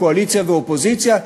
קואליציה ואופוזיציה,